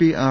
P R